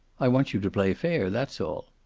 i want you to play fair. that's all.